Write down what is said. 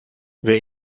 wer